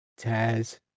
Taz